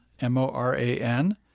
M-O-R-A-N